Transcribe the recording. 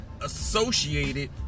associated